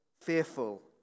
fearful